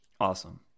Awesome